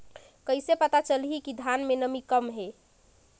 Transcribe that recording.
कइसे पता चलही कि धान मे नमी कम हे?